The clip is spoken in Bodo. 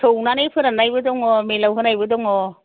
सौनानै फोराननायबो दङ मिल आव होनायबो दङ